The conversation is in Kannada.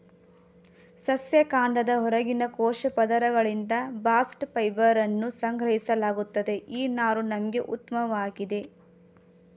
ಸಸ್ಯ ಕಾಂಡದ ಹೊರಗಿನ ಕೋಶ ಪದರಗಳಿಂದ ಬಾಸ್ಟ್ ಫೈಬರನ್ನು ಸಂಗ್ರಹಿಸಲಾಗುತ್ತದೆ ಈ ನಾರು ನಮ್ಗೆ ಉತ್ಮವಾಗಿದೆ